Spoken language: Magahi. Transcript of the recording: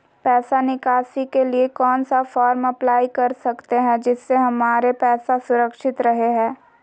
पैसा निकासी के लिए कौन सा फॉर्म अप्लाई कर सकते हैं जिससे हमारे पैसा सुरक्षित रहे हैं?